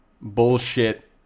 bullshit